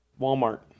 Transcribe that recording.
Walmart